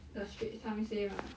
the Straits Times say right